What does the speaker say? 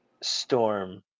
storm